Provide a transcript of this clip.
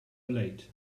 late